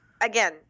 again